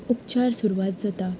उपचार सुरवात जाता